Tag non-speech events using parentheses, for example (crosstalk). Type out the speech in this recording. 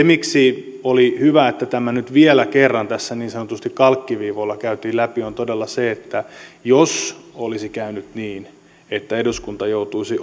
(unintelligible) miksi oli hyvä että tämä nyt vielä kerran tässä niin sanotusti kalkkiviivoilla käytiin läpi on todella se että jos olisi käynyt niin että eduskunta joutuisi (unintelligible)